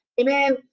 amen